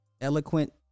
eloquent